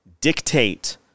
dictate